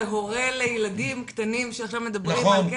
ולהורה לילדים קטנים שעכשיו מדברים על כן